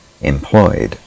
employed